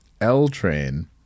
L-Train